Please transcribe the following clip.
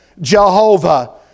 Jehovah